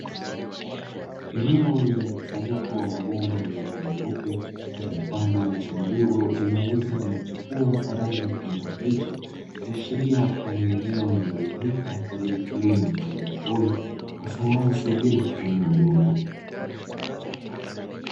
Eneo lenye mkusanyiko wa mabomba yenye rangi nyeupe, zimepandwa miti midogo iliyoota na kuchepua kwa rangi ya kijani kibichi, ikiashiria kuwa ni eneo linalotumika katika kilimo cha haidroponi, kwa sayansi ya bila kutumia udongo.